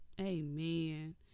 Amen